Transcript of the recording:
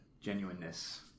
genuineness